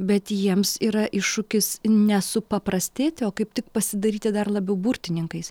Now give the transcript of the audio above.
bet jiems yra iššūkis ne supaprastėti o kaip tik pasidaryti dar labiau burtininkais